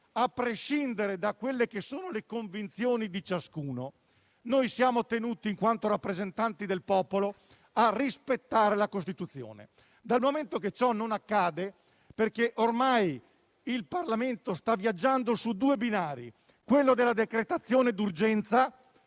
a prescindere dalle convinzioni di ciascuno, siamo tenuti, in quanto rappresentanti del popolo, a rispettare la Costituzione. Eppure, ciò non accade perché ormai il Parlamento sta viaggiando su due binari: quello della decretazione d'urgenza